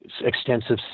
extensive